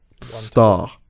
star